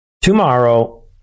tomorrow